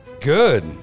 Good